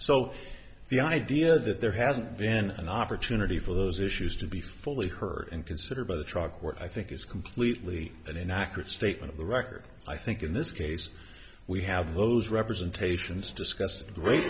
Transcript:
so the idea that there hasn't been an opportunity for those issues to be fully heard and considered by the truck what i think is completely an inaccurate statement of the record i think in this case we have those representations discussed at great